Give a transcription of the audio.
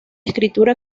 escritura